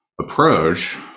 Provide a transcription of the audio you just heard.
approach